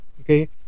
Okay